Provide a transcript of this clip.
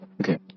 Okay